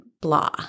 blah